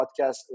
podcast